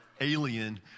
alien